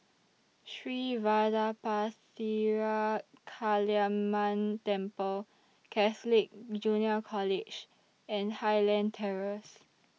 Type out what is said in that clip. Sri Vadapathira Kaliamman Temple Catholic Junior College and Highland Terrace